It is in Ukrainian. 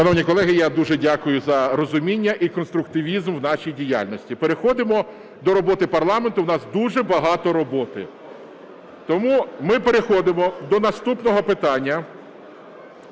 Шановні колеги, я дуже дякую за розуміння і конструктивізм в нашій діяльності. Переходимо до роботи парламенту, у нас дуже багато роботи. Тому ми переходимо до наступного питання